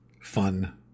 fun